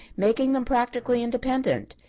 making them practically independent.